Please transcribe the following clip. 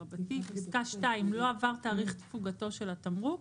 לא עבר תאריך תפוגתו של התמרוק,